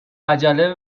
عجله